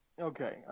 okay